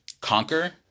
conquer